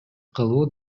кылуу